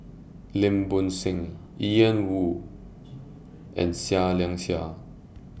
Lim Bo Seng Ian Woo and Seah Liang Seah